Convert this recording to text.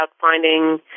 finding